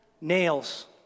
nails